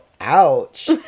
ouch